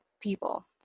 people